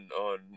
on